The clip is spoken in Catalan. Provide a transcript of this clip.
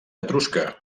etrusca